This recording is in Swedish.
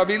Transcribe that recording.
åt.